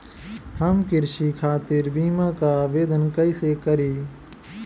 हम कृषि खातिर बीमा क आवेदन कइसे करि?